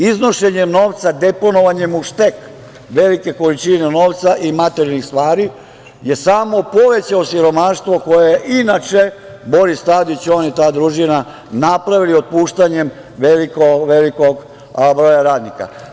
Iznošenjem novca, deponovanjem u štek velike količine novca i materijalnih stvari, je samo povećao siromaštvo koje inače Boris Tadić, on i ta družina napravili otpuštanjem velikog broja radnika.